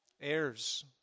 heirs